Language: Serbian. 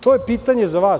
To je pitanje za vas.